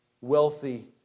wealthy